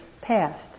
passed